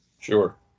Sure